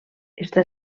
està